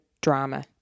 drama